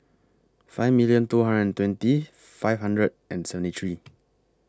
five million two hundred and twenty five hundred and seventy three